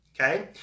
Okay